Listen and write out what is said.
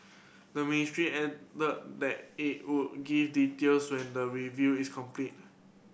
the ministry added that it would give details when the review is completed